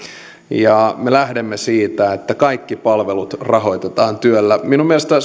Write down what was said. me lähdemme siitä että kaikki palvelut rahoitetaan työllä minun mielestäni